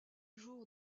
jour